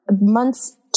months